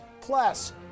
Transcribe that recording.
Plus